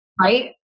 Right